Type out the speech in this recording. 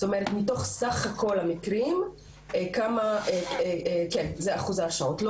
מתוך סך כל המקרים, זה אחוז ההרשעות.